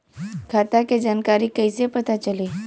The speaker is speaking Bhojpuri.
खाता के जानकारी कइसे पता चली?